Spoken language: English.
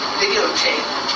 videotape